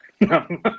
No